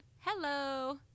Hello